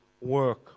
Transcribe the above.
work